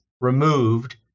removed